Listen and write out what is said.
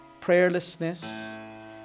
prayerlessness